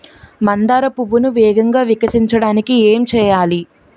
మందార పువ్వును వేగంగా వికసించడానికి ఏం చేయాలి?